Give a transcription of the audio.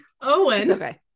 Owen